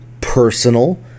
personal